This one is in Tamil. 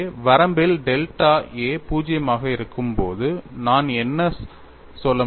எனவே வரம்பில் டெல்டா a 0 ஆக இருக்கும் போது நான் என்ன சொல்ல முடியும்